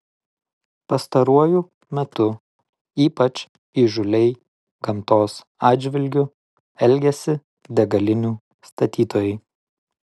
pastaruoju metu ypač įžūliai gamtos atžvilgiu elgiasi degalinių statytojai